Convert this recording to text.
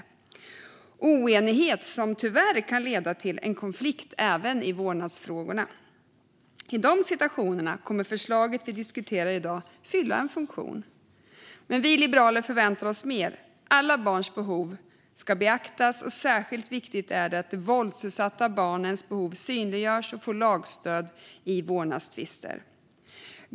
Det är en oenighet som tyvärr kan leda till konflikt även i vårdnadsfrågan. I de situationerna kommer förslaget vi diskuterar i dag att fylla en funktion. Vi liberaler förväntar oss dock mer. Alla barns behov ska beaktas, och särskilt viktigt är det att de våldsutsatta barnens behov synliggörs och att de får lagstöd i vårdnadstvister.